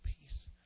peace